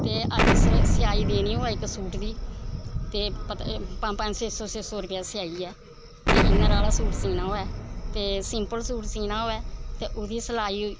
ते अज्ज सेआई देनी होऐ इक सूट दी ते पता पंज पंज छे सौ छे सौ रपेआ सेआई ऐ जे इन्नर आह्ला सूट सीना होऐ ते सिंपल सूट सीना होऐ ते ओह्दी सलाई